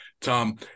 Tom